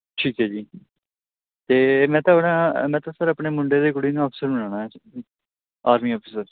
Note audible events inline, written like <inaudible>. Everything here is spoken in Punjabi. ਠੀਕ ਹੈ ਜੀ ਅਤੇ ਮੈਂ ਤਾਂ ਆਪਣਾ ਮੈਂ ਤਾਂ ਸਰ ਆਪਣੇ ਮੁੰਡੇ ਅਤੇ ਕੁੜੀ ਨੂੰ ਆਫਸਰ ਬਣਾਉਣਾ <unintelligible> ਆਰਮੀ ਅਫਸਰ